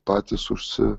patys užsi